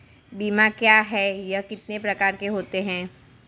बीमा क्या है यह कितने प्रकार के होते हैं?